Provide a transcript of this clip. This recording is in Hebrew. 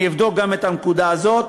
אני אבדוק גם את הנקודה הזאת,